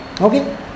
Okay